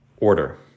order